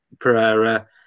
Pereira